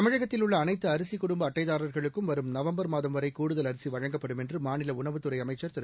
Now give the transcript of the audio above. தமிழகத்தில் உள்ள அனைத்து அரிசி குடும்ப அட்டைதாரர்களுக்கும் வரும் நவம்பர் மாதம் வரை கூடுதல் அரிசி வழங்கப்படும் என்று மாநில உணவுத்துறை அமைச்சர் திரு